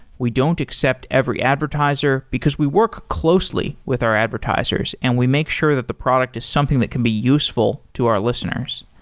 we don't accept every advertiser, because we work closely with our advertisers and we make sure that the product is something that can be useful to our listeners.